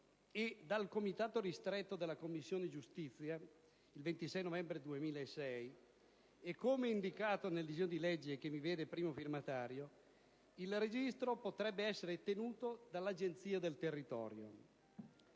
dal Comitato ristretto della Commissione giustizia il 27 novembre 2006, e come indicato nel disegno di legge che mi vede primo firmatario, il registro potrebbe essere tenuto dall'Agenzia del territorio,